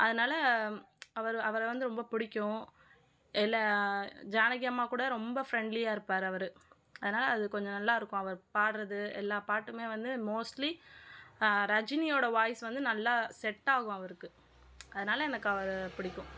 அதனால அவர் அவரை வந்து ரொம்ப பிடிக்கும் எல்லா ஜானகி அம்மா கூட ரொம்ப ஃப்ரெண்ட்லியாக இருப்பார் அவர் அதனால அது கொஞ்சம் நல்லா இருக்கும் அவர் பாடுறது எல்லா பாட்டுமே வந்து மோஸ்ட்லீ ரஜினியோட வாய்ஸ் வந்து நல்லா செட்டாகும் அவருக்கு அதனால எனக்கு அவரை பிடிக்கும்